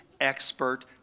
expert